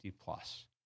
plus